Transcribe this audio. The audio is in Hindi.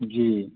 जी